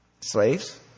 slaves